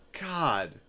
God